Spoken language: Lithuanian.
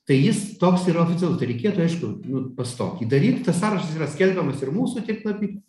tai jis toks yra oficialus tai reikėtų aišku nu pas tokį daryt tas sąrašas yra skelbiamas ir mūsų tinklapy